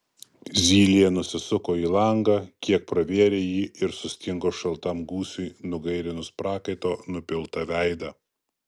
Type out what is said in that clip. zylė nusisuko į langą kiek pravėrė jį ir sustingo šaltam gūsiui nugairinus prakaito nupiltą veidą